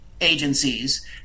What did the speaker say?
agencies